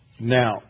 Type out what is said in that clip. Now